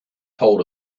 told